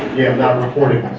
yeah have not reported.